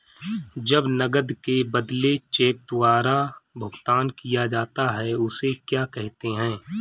जब नकद के बदले चेक द्वारा भुगतान किया जाता हैं उसे क्या कहते है?